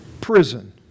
prison